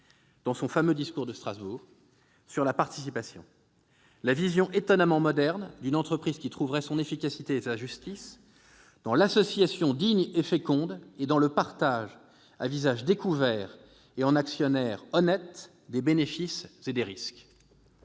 dans son fameux discours de Strasbourg sur la participation, où il exposait sa vision, étonnamment moderne, d'une entreprise qui trouverait son efficacité et sa justice « dans l'association, digne et féconde, et dans le partage, à visage découvert et en honnêtes actionnaires, des bénéfices et des risques